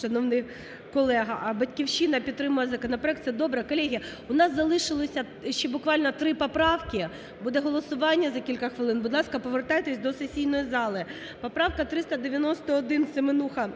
шановний колего, а "Батьківщина" підтримує законопроект це добре. Колеги, у нас залишилось ще буквально три поправки, буде голосування за кілька хвилин, будь ласка, повертайтесь до сесійної зали. Поправка 391, Семенуха.